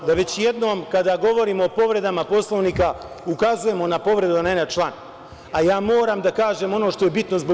Kada već govorimo o povredama Poslovnika, ukazujemo na povredu, a ne na član, a ja moram da kažem ono što je bitno zbog